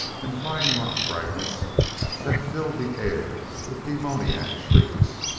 and flying rock fragments that filled the air with demoniac shrieks.